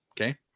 okay